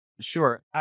Sure